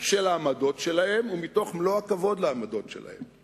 של העמדות שלהם ומתוך מלוא הכבוד לעמדות שלהם.